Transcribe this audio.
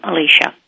Alicia